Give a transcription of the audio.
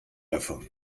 davon